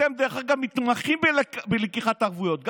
אתם מתמחים בלקיחת ערבויות,